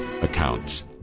accounts